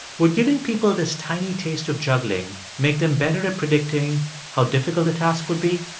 would giving people this tiny taste of juggling make them better at predicting how difficult the task would be?